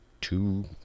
two